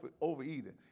overeating